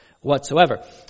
whatsoever